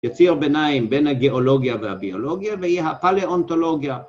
יציר ביניים בין הגיאולוגיה והביולוגיה והיא הפליאונטולוגיה